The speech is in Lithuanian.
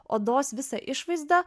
odos visą išvaizdą